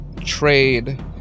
trade